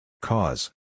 Cause